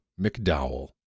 McDowell